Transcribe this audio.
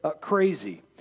crazy